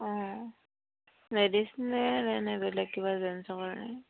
অঁ লেডিজ নে বেলেগ কিবা জেনছৰ কাৰণে